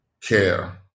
care